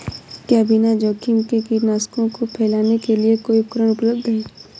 क्या बिना जोखिम के कीटनाशकों को फैलाने के लिए कोई उपकरण उपलब्ध है?